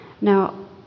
Now